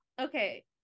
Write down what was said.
okay